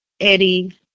Eddie